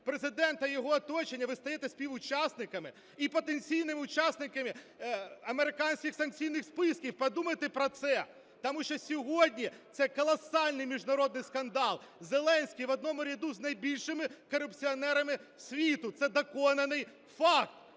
Президента і його оточення, ви стаєте співучасниками і потенційними учасниками американських санкційних списків. Подумайте про це. Тому що сьогодні це колосальний міжнародний скандал. Зеленський в одному ряду з найбільшими корупціонерами світу – це доконаний факт.